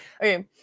okay